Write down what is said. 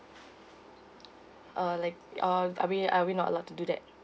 uh like or I mean are we not allowed to do that